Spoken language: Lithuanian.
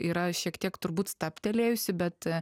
yra šiek tiek turbūt stabtelėjusi bet